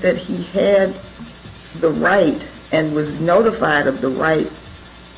that he had the right and was notified of the right